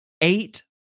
eight